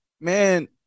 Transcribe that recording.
man